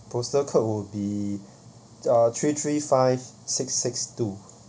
postal code would be uh three three five six six two